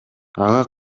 ага